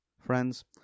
Friends